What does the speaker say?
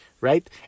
right